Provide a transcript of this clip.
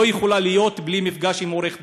לא יכולה להיות בלי מפגש של עורך דין.